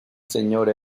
señor